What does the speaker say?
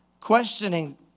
questioning